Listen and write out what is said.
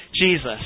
Jesus